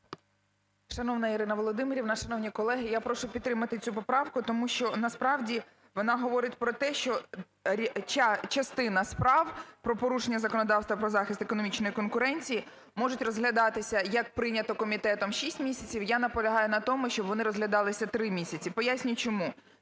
Шановна Ірина Володимирівна, шановні колеги, я прошу підтримати цю поправку, тому що насправді вона говорить про те, що частина справ про порушення законодавства про захист економічної конкуренції можуть розглядатися, як прийнято комітетом, 6 місяців. Я наполягаю на тому, щоб вони розглядалися 3 місяці. Пояснюю, чому.